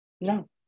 no